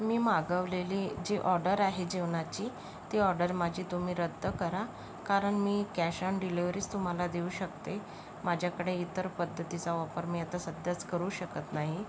मी मागवलेली जी ऑर्डर आहे जेवणाची ती ऑर्डर माझी तुम्ही रद्द करा कारण मी कॅश ऑन डिलीवरीच तुम्हाला देऊ शकते माझ्याकडे इतर पद्धतीचा वापर मी आता सध्याच करू शकत नाही